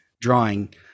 drawing